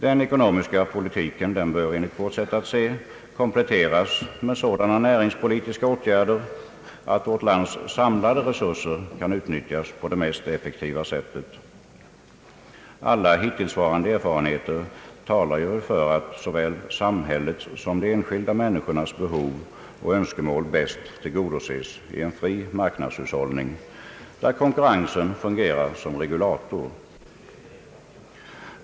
Den ekonomiska politiken bör enligt vårt sätt att se kompletteras med sådana näringspolitiska åtgärder att vårt lands samlade resurser kan utnyttjas på det mest effektiva sättet. Alla hittillsvarande erfarenheter talar för att såväl samhällets som de enskilda människornas behov och önskemål bäst tillgodoses med en fri marknadshushållning, där konkurrensen Ang. näringspolitiken fungerar som regulator.